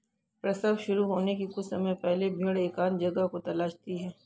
प्रसव शुरू होने के कुछ समय पहले भेड़ एकांत जगह को तलाशती है